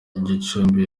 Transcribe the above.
gicumbi